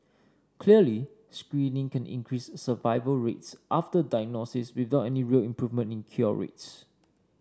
clearly screening can increase survival rates after diagnosis without any real improvement in cure rates